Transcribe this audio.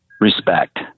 Respect